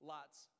Lot's